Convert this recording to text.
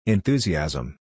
Enthusiasm